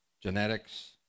genetics